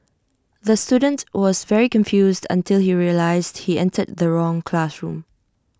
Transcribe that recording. the student was very confused until he realised he entered the wrong classroom